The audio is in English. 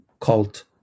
cult